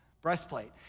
breastplate